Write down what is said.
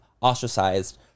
ostracized